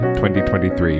2023